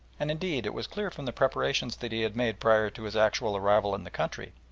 and, indeed, it was clear from the preparations that he had made prior to his actual arrival in the country,